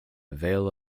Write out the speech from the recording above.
vale